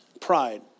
pride